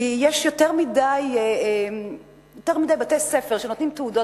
כי יש יותר מדי בתי-ספר שנותנים תעודות.